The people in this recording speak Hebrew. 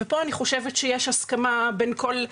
ופה אני חושבת שיש הסכמה בין כולם,